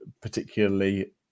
particularly